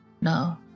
No